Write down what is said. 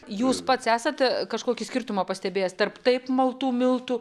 jūs pats esat kažkokį skirtumą pastebėjęs tarp taip maltų miltų